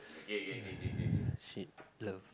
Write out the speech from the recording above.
shit love